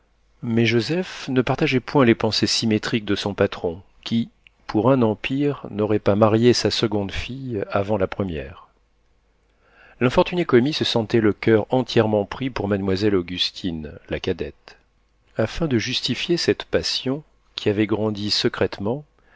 mais joseph ne partageait point les pensées symétriques de son patron qui pour un empire n'aurait pas marié sa seconde fille avant la première l'infortuné commis se sentait le coeur entièrement pris pour mademoiselle augustine la cadette afin de justifier cette passion qui avait grandi secrètement